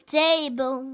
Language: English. table